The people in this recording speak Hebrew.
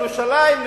ירושלים,